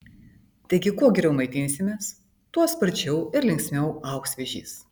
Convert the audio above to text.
taigi kuo geriau maitinsimės tuo sparčiau ir linksmiau augs vėžys